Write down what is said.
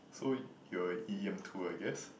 so you were e_m two I guess